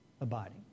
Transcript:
abiding